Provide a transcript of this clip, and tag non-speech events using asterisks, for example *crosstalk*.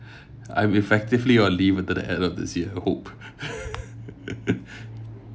I am effectively on leave until the end of this year I hope *laughs*